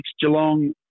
Geelong